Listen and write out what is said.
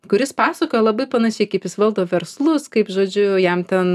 kuris pasakojo labai panašiai kaip jis valdo verslus kaip žodžiu jam ten